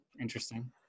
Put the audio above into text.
interesting